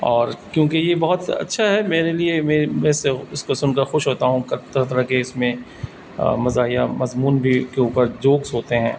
اور کیونکہ یہ بہت اچھا ہے میرے لیے میں میں سے اس کو سن کر خوش ہوتا ہوں طرح طرح کے اس میں مزاحیہ مضمون بھی کے اوپر جوکس ہوتے ہیں